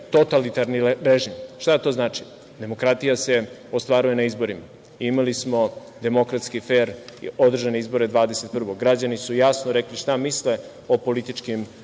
totalitarni režim. Šta to znači? Demokratija se ostvaruje na izborima. Imali smo demokratski i fer održane izbore 21. Građani su jasno rekli šta misle o političkim